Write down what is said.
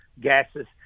gases